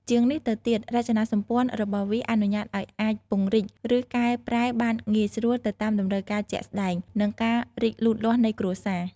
ជាងនេះទៅទៀត រចនាសម្ព័ន្ធរបស់វាអនុញ្ញាតឲ្យអាច ពង្រីក ឬកែប្រែបានងាយស្រួល ទៅតាមតម្រូវការជាក់ស្តែង និងការរីកលូតលាស់នៃគ្រួសារ ។